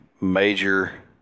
major